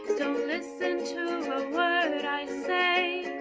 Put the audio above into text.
don't listen to a word i say,